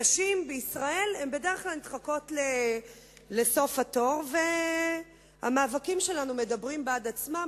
נשים בישראל נדחקות בדרך כלל לסוף התור והמאבקים שלנו מדברים בעד עצמם.